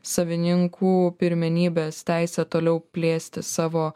savininkų pirmenybės teisę toliau plėsti savo